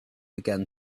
began